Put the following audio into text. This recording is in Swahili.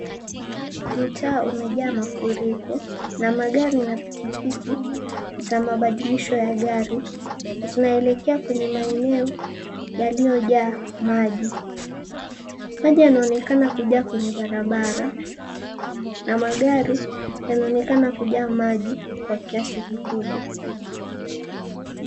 Mtaa umejaa mafuriko na magari na pikipiki za mabadiisho ya gari zinaelekea kwenye maeneo yaliyojaa maji. Maji yanaonekana kujaa kwenye barabara na magari yanaonekana kujaa maji kwa kiasi kikubwa.